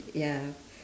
ya